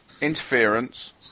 Interference